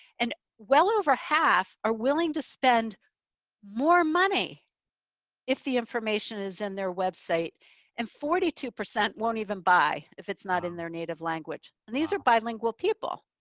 and well over half are willing to spend more money if the information is in their website and forty two percent won't even buy, if it's not in their native language. and these are bilingual people.